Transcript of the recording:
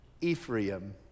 Ephraim